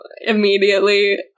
immediately